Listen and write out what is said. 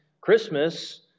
Christmas